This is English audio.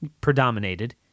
predominated